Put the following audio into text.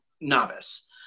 novice